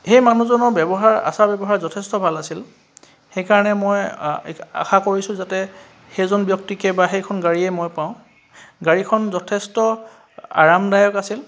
সেই মানুহজনৰ ব্যৱহাৰ আচাৰ ব্যৱহাৰ যথেষ্ট ভাল আছিল সেইকাৰণে মই আশা কৰিছোঁ যাতে সেইজন ব্যক্তিকে বা সেইখন গাড়ীয়ে মই পাওঁ গাড়ীখন যথেষ্ট আৰামদায়ক আছিল